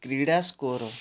କ୍ରୀଡ଼ା ସ୍କୋର୍